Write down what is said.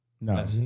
No